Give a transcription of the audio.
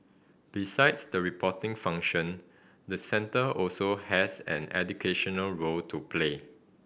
besides the reporting function the centre also has an educational role to play